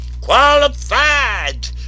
qualified